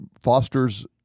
fosters